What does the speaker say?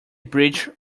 bridge